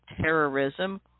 terrorism